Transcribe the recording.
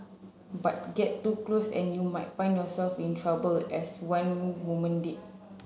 but get too close and you might find yourself in trouble as one woman did